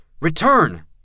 Return